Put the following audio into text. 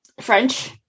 French